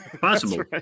Possible